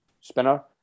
spinner